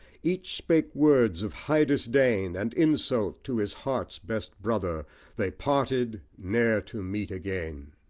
each spake words of high disdain and insult to his heart's best brother they parted ne'er to meet again!